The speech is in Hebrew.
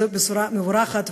זו בשורה מבורכת,